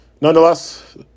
Nonetheless